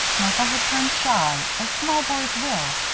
michael had turned shy, as small boys will,